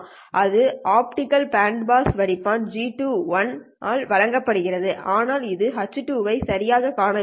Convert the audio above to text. இது optical band pass வடிப்பான் Bopt ஆல் வழங்கப்படும் ஆனால் அது H2 ஐ சரியாகக் காணவில்லை